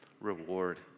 reward